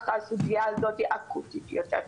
ככה הסוגיה הזאת אקוטית יותר.